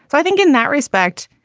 so i think in that respect,